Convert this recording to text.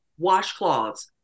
washcloths